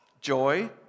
joy